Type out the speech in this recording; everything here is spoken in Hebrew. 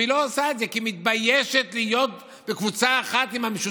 והיא לא עושה את זה כי היא מתביישת להיות בקבוצה אחת עם המשותפת,